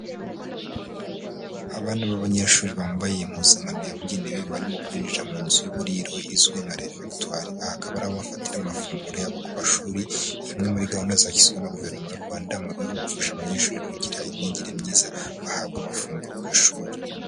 Abana b'abanyeshuri bambaye impuzankano yabugenewe barimo kwinjira mu nzu y'uburiro izwi nka refekitware, aha hakaba ari aho bafatira amafunguro yabo ku mashuri, imwe muri gahunda zashyizweho na Guverinoma y'u Rwanda mu rwego rwo gufasha abanyeshuri kugira imyigire myiza bahabwa amafunguro ku ishuri.